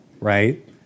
right